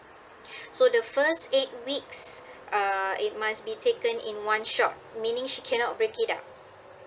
so the first eight weeks uh it must be taken in one shot meaning she cannot break it out